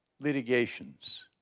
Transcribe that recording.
litigations